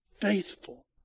faithful